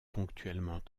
ponctuellement